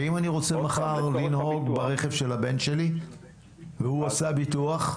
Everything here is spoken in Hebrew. ואם אני רוצה מחר לנהוג ברכב של הבן שלי והוא עשה ביטוח?